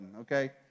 okay